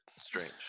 strange